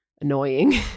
annoying